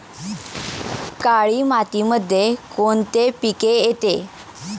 काळी मातीमध्ये कोणते पिके येते?